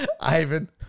Ivan